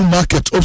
Market